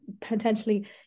potentially